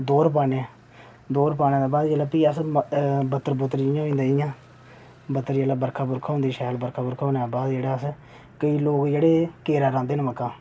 दौह्र पान्ने दौह्र पाइयै प्ही अस बत्तर होई जंदा जि'यां बत्तर जेल्लै शैल बर्खा होई जंदी जेल्लै अस कोईं लोक जेह्ड़े केरा लांदे न मक्कां